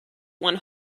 one